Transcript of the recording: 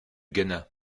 ghana